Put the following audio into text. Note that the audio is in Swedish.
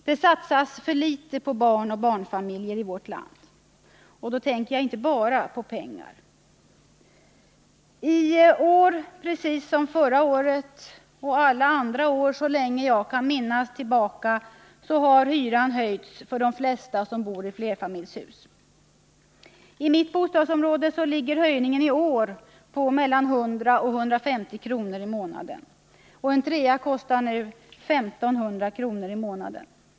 Det satsas för litet på barn och barnfamiljer i vårt land — och då tänker jag inte bara på pengar. I år, precis som förra året och alla andra år så långt tillbaka jag kan minnas, har hyran höjts för de flesta som bor i flerfamiljshus. I mitt bostadsområde ligger höjningen i år på mellan 100 och 150 kr. i månaden. En trea kostar nu 1500 kr. i månaden.